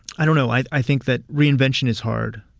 i don't know. i i think that reinvention is hard.